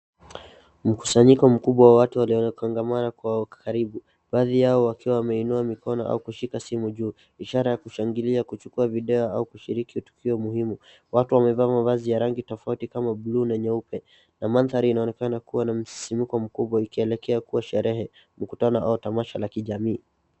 Mkusanyiko mkubwa wa watu waliokongamana kwa karibu , baadhi yao wakiwa wameinua mikono au kushika simu juu, ishara ya kushangilia, kuchukua video au kushiriki tukio muhimu. Watu wamevaa mavazi ya rangi tofauti kama bluu na nyeupe na mandhari inaonekana kuwa na msisimko mkubwa ikielekea kuwa sherehe, mikutano au tamasha la kijamii.